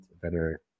better